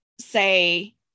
say